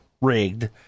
rigged